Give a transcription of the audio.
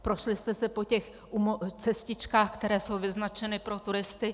Prošli jste se po těch cestičkách, které jsou vyznačeny pro turisty?